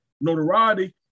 notoriety